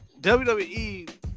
WWE